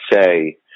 say